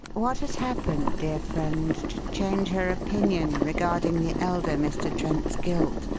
what has happened, dear friend, to change her opinion regarding the elder mr. trent's guilt?